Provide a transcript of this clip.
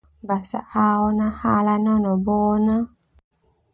Ao na hala na bo na.